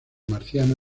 marciano